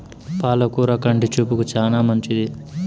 పాల కూర కంటి చూపుకు చానా మంచిది